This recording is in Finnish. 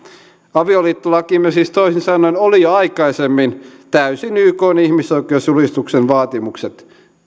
avioliittolakimme siis toisin sanoen oli jo aikaisemmin täysin ykn ihmisoikeusjulistuksen vaatimukset täyttävä